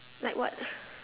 like what